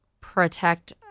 protect